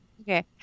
Okay